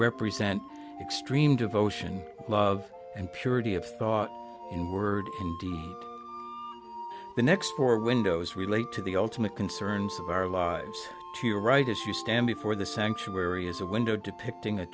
represent extreme devotion love and purity of thought in words the next door windows relate to the ultimate concerns of our lives you are right as you stand before the sanctuary is a window depicting